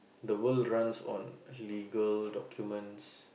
the world runs on legal documents